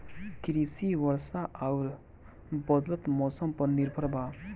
कृषि वर्षा आउर बदलत मौसम पर निर्भर बा